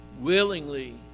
willingly